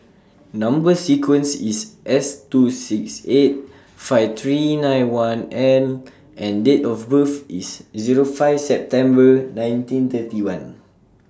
Number sequence IS S two six eight five three nine one L and Date of birth IS Zero five September nineteen thirty one